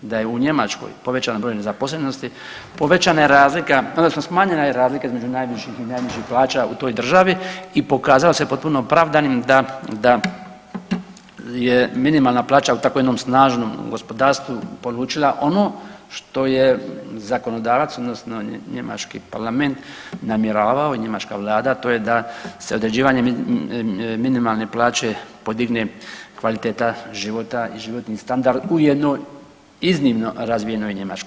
Da je u Njemačkoj povećan broj nezaposlenosti povećana je razlika odnosno smanjenja je razlika između najviših i najnižih plaća u toj državi i pokazalo se potpuno opravdanim da, da je minimalna plaća u tako jednom snažnom gospodarstvu polučila ono što je zakonodavac odnosno njemački parlament namjeravao i njemačka vlada, a to je da se određivanjem minimalne plaće podigne kvaliteta života i životni standard u jednoj iznimno razvijenoj Njemačkoj.